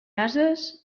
ases